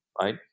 right